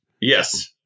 Yes